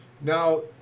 now